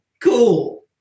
cool